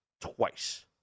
twice